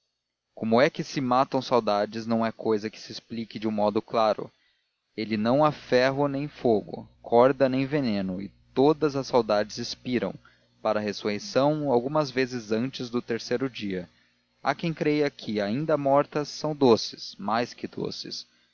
como é que se matam saudades não é cousa que se explique de um modo claro ele não há ferro nem fogo corda nem veneno e todavia as saudades expiram para a ressurreição alguma vez antes do terceiro dia há quem creia que ainda mortas são doces mais que doces